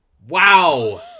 Wow